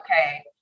okay